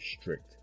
strict